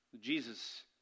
Jesus